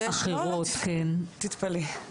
תתפלאי.